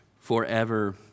forever